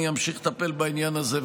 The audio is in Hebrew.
שאני אמשיך לטפל בעניין הזה.